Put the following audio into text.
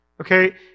Okay